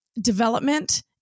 development